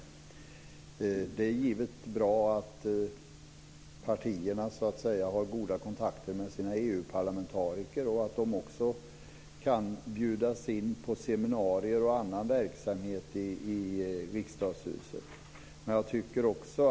Givetvis är det bra att partierna har goda kontakter med sina EU-parlamentariker och att de också kan bjudas in till seminarier och annan verksamhet i riksdagshuset.